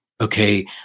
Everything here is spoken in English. okay